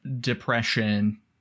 depression